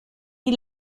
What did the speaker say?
die